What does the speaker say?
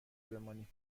بمانیم